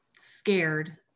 scared